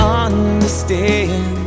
understand